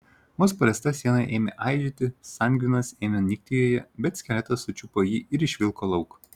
vos paliesta siena ėmė aižėti sangvinas ėmė nykti joje bet skeletas sučiupo jį ir išvilko lauk